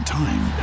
time